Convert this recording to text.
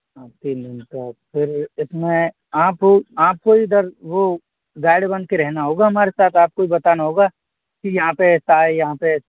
हाँ तीन दिन का फिर इसमें आप आपको इधर वह गाइड बन कर रहना होगा हमारे साथ आपको ही बताना होगा कि यहाँ पर ऐसा है यहाँ पर